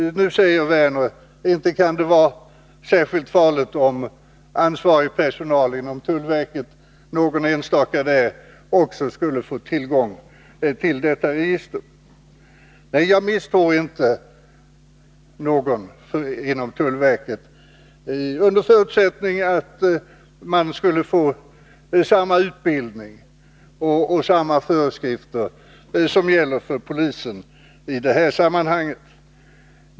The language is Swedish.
Mårten Werner säger: Inte kan det vara särskilt farligt om någon enstaka ansvarig tjänsteman inom tullverket också får tillgång till detta register. Nej, jag misstror inte någon inom tullverket, under förutsättning att man där får samma utbildning och samma föreskrifter som gäller för polisen i det här sammanhanget.